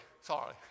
Sorry